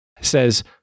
Says